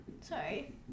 Sorry